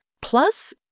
Plus